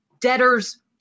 debtor's